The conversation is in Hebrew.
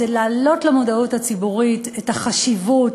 היא להעלות למודעות הציבורית את החשיבות